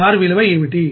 R విలువ ఏమిటి